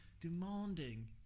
demanding